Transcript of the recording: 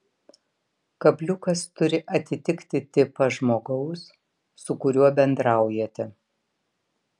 kabliukas turi atitikti tipą žmogaus su kuriuo bendraujate